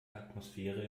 atmosphäre